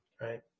Right